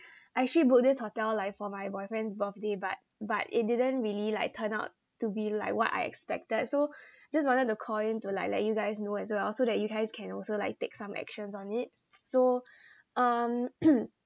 I actually booked this hotel like for my boyfriend's birthday but but it didn't really like turn out to be like what I expected so just wanted to call in to like let you guys know as well so that you guys can also like take some actions on it so um